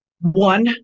one